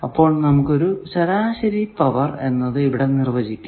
അപ്പോൾ നമുക്ക് ഒരു ശരാശരി പവർ എന്നത് ഇവിടെ നിർവചിക്കാം